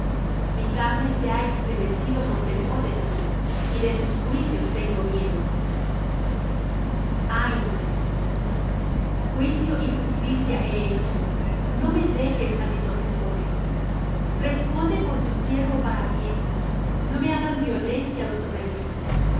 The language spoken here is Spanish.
mi carne se ha extremecido por temor de ti y de tus juicios tengo miedo juicio y justicia he hecho no me dejes á mis opresores responde por tu siervo para bien no me hagan violencia los soberbios